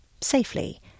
safely